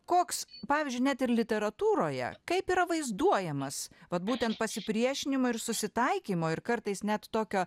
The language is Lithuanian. koks pavyzdžiui net ir literatūroje kaip yra vaizduojamas vat būtent pasipriešinimo ir susitaikymo ir kartais net tokio